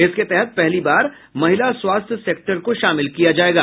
इसके तहत पहली बार महिला स्वास्थ्य सेक्टर को शामिल किया जायेगा